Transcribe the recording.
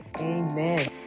Amen